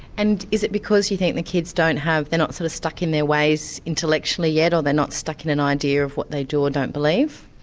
and is it because you think the kids don't have they're not sort of stuck in their ways intellectually yet, or they're not stuck in an idea of what they do or don't believe?